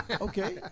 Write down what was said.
Okay